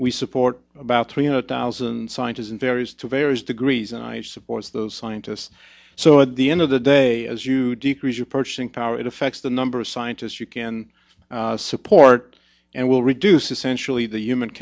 we support about three hundred thousand scientists in various to various degrees and i support those scientists so at the end of the day as you decrease your purchasing power it affects the number of scientists you can support and will reduce essentially the human